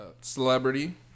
celebrity